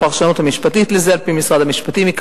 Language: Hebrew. הפרשנות המשפטית לזה על-פי משרד המשפטים היא,